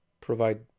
provide